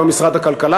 היום משרד הכלכלה,